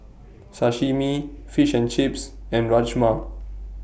Sashimi Fish and Chips and Rajma